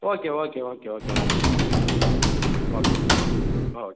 okay okay okay okay நன்றிப்பா okay ஆ okay